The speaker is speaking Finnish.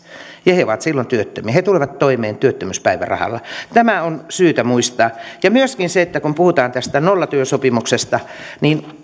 ja he ovat silloin työttömiä ja he tulevat toimeen työttömyyspäivärahalla tämä on syytä muistaa myöskin kun puhutaan tästä nollatyösopimuksesta